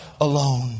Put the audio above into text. alone